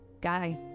guy